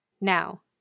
Now